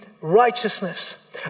righteousness